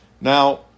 Now